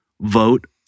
vote